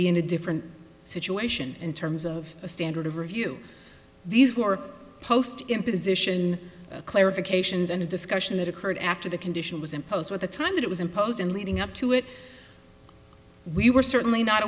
be in a different situation in terms of a standard of review these work post imposition clarifications and a discussion that occurred after the condition was imposed with the time that it was imposed and leading up to it we were certainly not